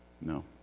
No